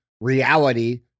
reality